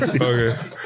Okay